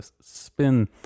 spin